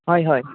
হয় হয়